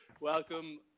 Welcome